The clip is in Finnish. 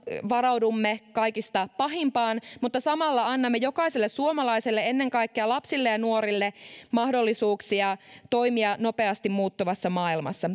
varaudumme kaikista pahimpaan mutta samalla annamme jokaiselle suomalaiselle ennen kaikkea lapsille ja nuorille mahdollisuuksia toimia nopeasti muuttuvassa maailmassa